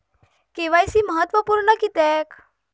KYC महत्त्वपुर्ण किद्याक?